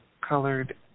colored